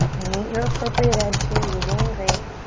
meet your appropriate edge here. you're doing great.